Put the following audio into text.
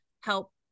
help